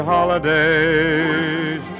Holidays